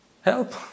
help